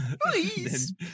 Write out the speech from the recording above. Please